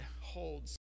holds